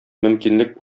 мөмкинлек